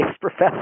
professor